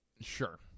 Sure